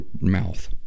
mouth